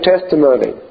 testimony